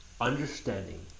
understanding